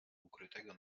ukrytego